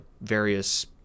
various